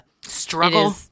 struggle